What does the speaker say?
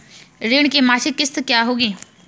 ऋण की मासिक किश्त क्या होगी?